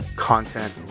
Content